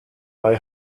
bei